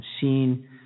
seen